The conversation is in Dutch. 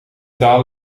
taal